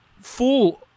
full